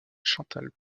chantal